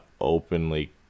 openly